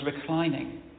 reclining